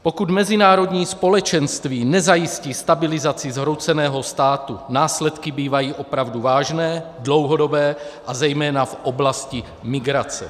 Pokud mezinárodní společenství nezajistí stabilizaci zhrouceného státu, následky bývají opravdu vážné, dlouhodobé, a to zejména v oblasti migrace.